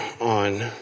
on